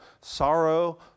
sorrow